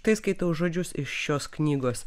kai skaitau žodžius iš šios knygos